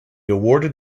awarded